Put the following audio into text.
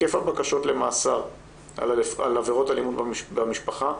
היקף הבקשות למאסר על עבירות אלימות במשפחה,